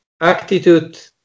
attitude